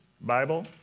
Bible